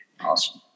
Awesome